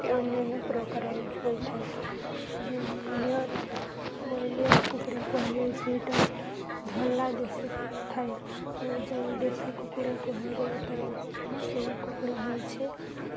ଅନ୍ୟାନ୍ୟ ପ୍ରକାର ହୋଇଥାଏ ଯେଅର ଲେୟର୍ କୁକୁଡ଼ା କୁହାଯାଏ ସେଇଟା ଧଳା ଦେଶୀ ଥାଏ ଆଉ ଯେଉଁ ଦେଶୀ କୁକୁଡ଼ା କୁହାଯାଏ ତ ସେଇ କୁକୁଡ଼ା ହେଉଛି